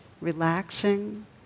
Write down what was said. relaxing